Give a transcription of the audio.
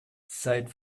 seit